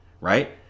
right